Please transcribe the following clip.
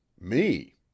Me